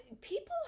people